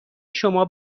شما